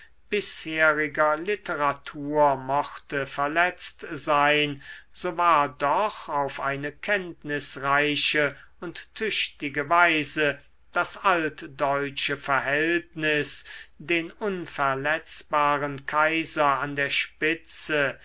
bisheriger literatur mochte verletzt sein so war doch auf eine kenntnisreiche und tüchtige weise das altdeutsche verhältnis den unverletzbaren kaiser an der spitze